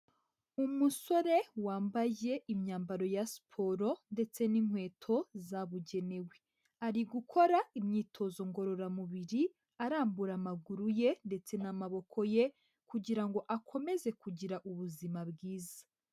Umusore wambaye imyambaro ya siporo ndetse n'inkweto zabugenewe, ari gukora imyitozo ngororamubiri arambura amaguru ye ndetse n'amaboko ye kugira ngo akomeze kugira ubuzima bwiza.